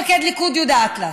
הוא לא מתפקד ליכוד, יהודה אטלס.